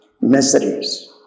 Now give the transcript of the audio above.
Miseries